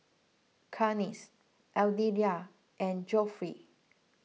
Clarnce Aditya and Geoffrey